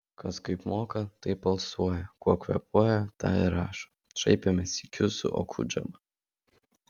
kas kaip moka taip alsuoja kuo kvėpuoja tą ir rašo šaipėmės sykiu su okudžava